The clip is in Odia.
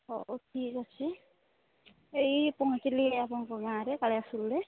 ହଉ ଠିକ୍ ଅଛି ଏଇ ପହଞ୍ଚିଲି ଆପଣଙ୍କ ଗାଁରେ କାଳିଆସୁରେ